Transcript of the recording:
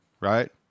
right